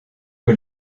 que